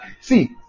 see